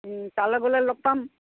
তালে গ'লে লগ পাম